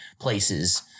places